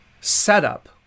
setup